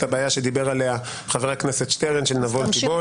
הבעיה שדיבר עליה חבר הכנסת שטרן של "נבול תיבול".